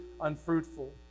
unfruitful